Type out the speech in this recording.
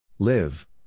Live